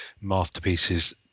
Masterpieces